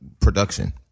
production